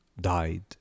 died